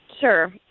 sure